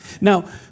Now